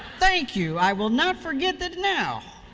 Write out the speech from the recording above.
thank you. i will not forget that, now,